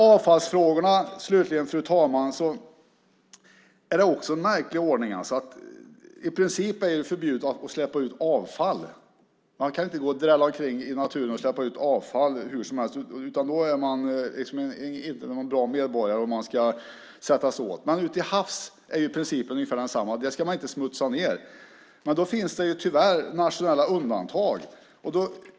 När det slutligen gäller avfallsfrågorna är det också en märklig ordning. I princip är det förbjudet att släppa ut avfall. Man kan inte drälla omkring i naturen och släppa ut avfall hur som helst, för då är man ingen bra medborgare utan ska sättas åt. Till havs är principen ungefär densamma. Man ska inte smutsa ned där. Men det finns tyvärr nationella undantag.